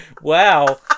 Wow